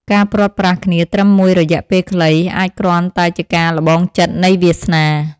ការព្រាត់ប្រាសគ្នាត្រឹមមួយរយៈពេលខ្លី អាចគ្រាន់តែជាការល្បងចិត្តនៃវាសនា។